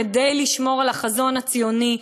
כדי לשמור על החזון הציוני,